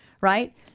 right